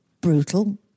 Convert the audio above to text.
brutal